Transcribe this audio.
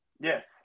Yes